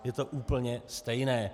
Je to úplně stejné.